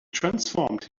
transformed